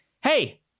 hey